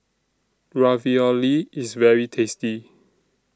Ravioli IS very tasty